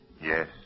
Yes